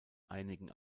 einigen